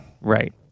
Right